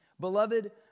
Beloved